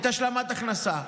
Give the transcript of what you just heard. את השלמת ההכנסה.